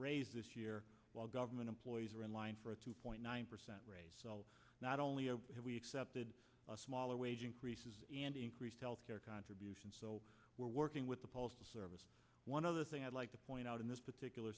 raise this year while government employees are in line for a two point nine percent rate not only are we accepted a smaller wage increases and increased health care contributions so we're working with the postal service one other thing i'd like to point out in this particular